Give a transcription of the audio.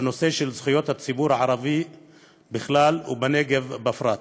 בנושא זכויות הציבור הערבי בכלל ובנגב בפרט.